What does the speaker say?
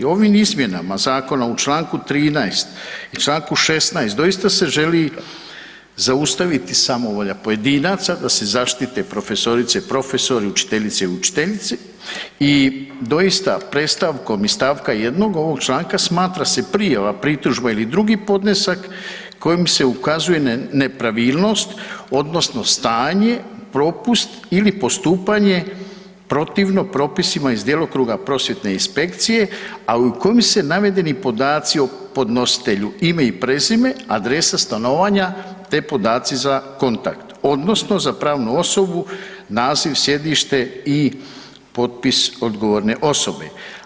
Ovim izmjenama Zakona, u čl. 13 i čl. 16 doista se želi zaustaviti samovolja pojedinaca, da se zaštite profesorice i profesori, učiteljice i učiteljice, i doista predstavkom iz stavka jednog ovog članka smatra se prijava pritužba ili drugi podnesak kojim se ukazuje na nepravilnost, odnosno stanje, propust ili postupanje protivno propisima iz djelokruga prosvjetne inspekcije, a u kojem se navedeni podaci o podnositelju, ime i prezime, adresa stanovanja te podaci za kontakt, odnosno za pravnu osobu, naziv, sjedište i potpis odgovorne osobe.